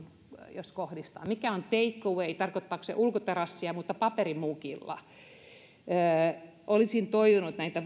jos tämän tartunnan kohdistaa mikä on take away tarkoittaako se ulkoterassia mutta paperimukilla olisin toivonut että näitä